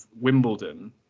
Wimbledon